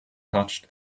touched